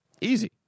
Easy